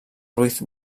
ruiz